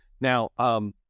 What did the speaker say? Now